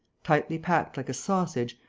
tightly packed like a sausage,